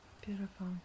Beautiful